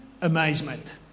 Amazement